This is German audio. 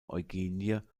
eugenie